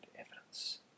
evidence